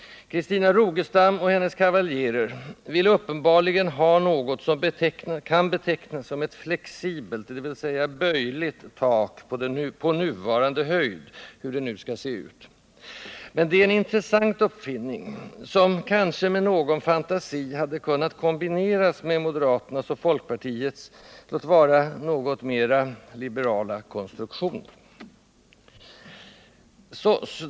Christina Rogestam och hennes kavaljerer vill uppenbarligen ha något som kan betecknas som ett flexibelt, dvs. böjligt, tak på nuvarande höjd, hur det nu skall se ut. Men det är en intressant uppfinning, som kanske med någon fantasi hade kunnat kombineras med moderaternas och folkpartiets, låt vara något mera liberala, konstruktion.